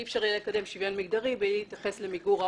אי אפשר יהיה לקדם שוויון מיגדרי בלי להתייחס למיגור העוני,